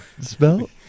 spell